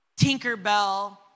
Tinkerbell